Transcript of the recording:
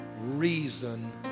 reason